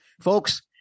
Folks